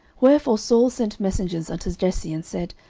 wherefore saul sent messengers unto jesse, and said,